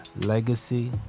legacy